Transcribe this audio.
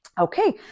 Okay